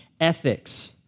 ethics